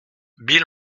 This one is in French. bill